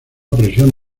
presión